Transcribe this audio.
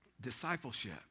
Discipleship